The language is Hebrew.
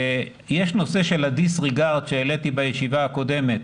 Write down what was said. יש נושא של הדיס-ריגארד שהעליתי בישיבה הקודמת.